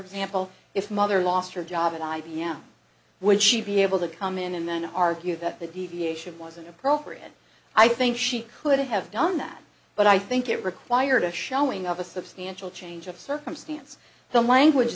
example if mother lost her job at i b m would she be able to come in and then argue that the deviation wasn't appropriate i think she could have done that but i think it required a showing of a substantial change of circumstance the language